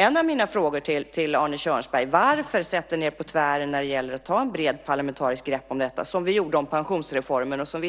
En av mina frågor till Arne Kjörnsberg är alltså: Varför sätter ni er på tvären när det gäller att ta ett brett parlamentariskt grepp om detta? Det gjorde vi i fråga om pensionsreformen, vilken